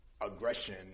aggression